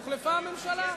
הוחלפה הממשלה.